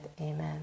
Amen